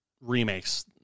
remakes